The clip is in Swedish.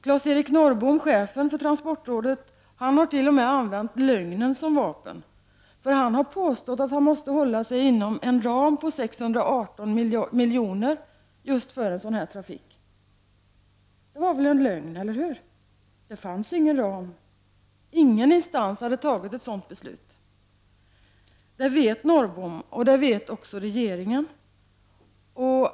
Claes-Eric Norrbom, chefen för transportrådet, har till och med använt lögnen som vapen, för han har påstått att han måste hålla sig inom en ram på 618 miljoner för sådan trafik. Det var väl en lögn, eller hur? Det finns ingen ram. Ingen instans har fattat ett sådant beslut. Det vet Norrbom, och det vet också regeringen.